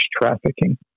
trafficking